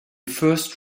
first